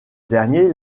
dernier